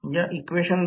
X2 हे दुरुस्त केले आहे